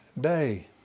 day